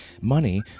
Money